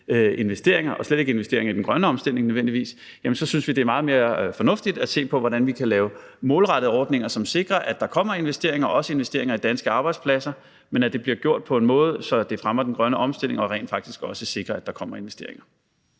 investeringer, og slet ikke til investeringer i den grønne omstilling nødvendigvis, så synes vi, at det er meget mere fornuftig at se på, hvordan vi kan lave målrettede ordninger, som sikrer, at der kommer investeringer, også investeringer i danske arbejdspladser, men at det bliver gjort på en måde, så det fremmer den grønne omstilling og rent faktisk også sikrer, at der kommer investeringer.